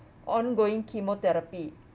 ongoing chemotherapy